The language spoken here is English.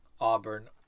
Auburn